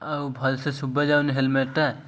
ଆଉ ଭଲ ସେ ଶୁଭା ଯାଉନି ହେଲମେଟ୍ଟା